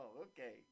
okay